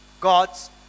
God's